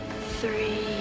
three